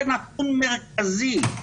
זה נתון מרכזי,